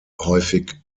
häufig